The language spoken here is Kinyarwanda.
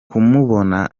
kumubona